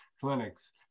clinics